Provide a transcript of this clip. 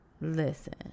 listen